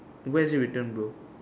where is it written bro